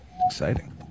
Exciting